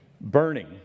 burning